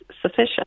sufficient